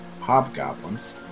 hobgoblins